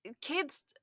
kids